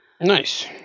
nice